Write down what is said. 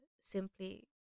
simply